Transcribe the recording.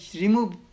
remove